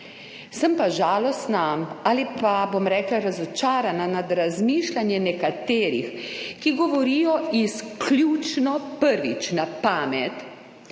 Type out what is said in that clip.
Sem pa žalostna ali pa bom rekla razočarana nad razmišljanje nekaterih, ki govorijo izključno prvič na pamet